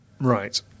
Right